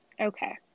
okay